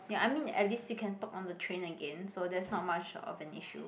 ya I mean at least we can talk on the train again so that's not much of an issue